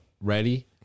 ready